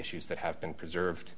issues that have been preserved